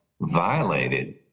violated